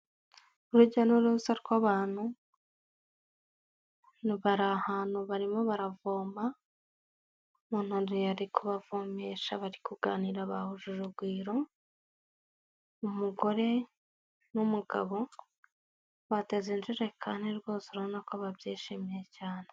Urujya n'uruza rw'abantu, bari ahantu barimo baravoma munaniro ariko bavomesha bari kuganira bahuje urugwiro umugore n'umugabo bahuje uruganiro kandi rwose rubona ko babyishimiye cyane.